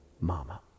Mama